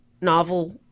novel